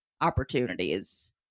opportunities